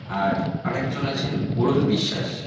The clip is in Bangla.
আর আরাকজন আছেন অরুণ বিশ্বাস